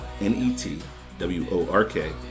N-E-T-W-O-R-K